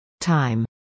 Time